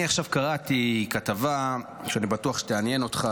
אני עכשיו קראתי כתבה שאני בטוח שתעניין אותך,